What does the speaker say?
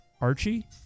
Archie